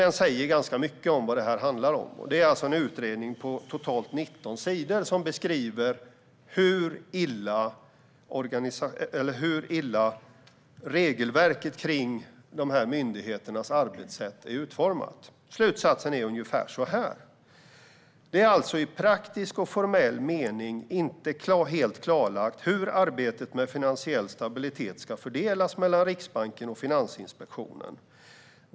Den säger ganska väl vad detta handlar om. Utredningen är på totalt 19 sidor och beskriver hur illa regelverket för dessa myndigheters arbetssätt är utformat. Slutsatsen är ungefär följande: Det är alltså i praktisk och formell mening inte helt klarlagt hur arbetet med finansiell stabilitet ska fördelas mellan Riksbanken och Finansinspektionen.